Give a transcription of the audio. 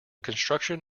contruction